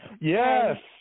Yes